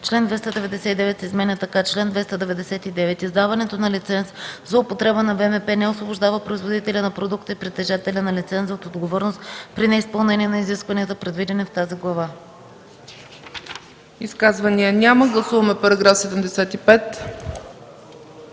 Член 299 се изменя така: „Чл. 299. Издаването на лиценз за употреба на ВМП не освобождава производителя на продукта и притежателя на лиценза от отговорност при неизпълнение на изискванията, предвидени в тази глава.” ПРЕДСЕДАТЕЛ ЦЕЦКА ЦАЧЕВА: Изказвания?